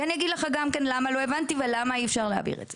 אני אומר למה לא הבנתי ולמה אי אפשר להעביר את זה.